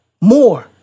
more